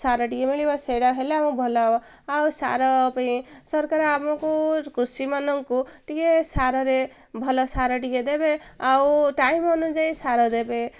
ସାର ଟିକେ ମିଳିବ ସେଇଟା ହେଲେ ଆମକୁ ଭଲ ହବ ଆଉ ସାର ପାଇଁ ସରକାର ଆମକୁ କୃଷିମାନଙ୍କୁ ଟିକେ ସାରରେ ଭଲ ସାର ଟିକେ ଦେବେ ଆଉ ଟାଇମ୍ ଅନୁଯାୟୀ ସାର ଦେବେ